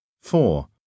Four